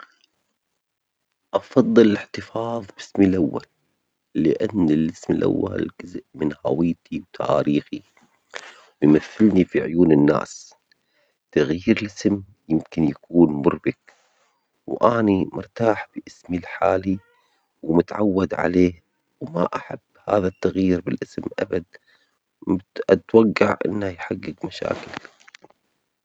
هل تفضل الاحتفاظ باسمك الأول الحالي أم تغييره؟ ولماذا؟